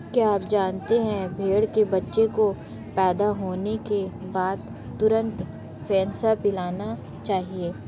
क्या आप जानते है भेड़ के बच्चे को पैदा होने के बाद तुरंत फेनसा पिलाना चाहिए?